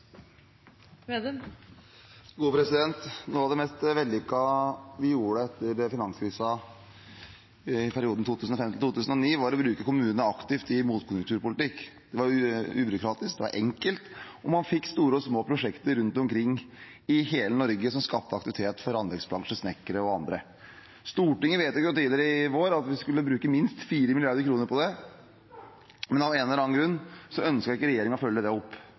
Noe av det mest vellykkede vi gjorde etter finanskrisen i perioden 2005–2009, var å bruke kommunene aktivt i motkonjunkturpolitikk. Det var ubyråkratisk, det var enkelt og man fikk store og små prosjekter rundt omkring i hele Norge som skapte aktivitet for anleggsbransje, snekkere og andre. Stortinget vedtok tidligere i vår at vi skulle bruke minst 4 mrd. kr på det, men av en eller annen grunn ønsket ikke regjeringen å følge det opp,